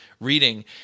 reading